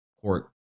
Court